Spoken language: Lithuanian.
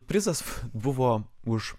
prizas buvo už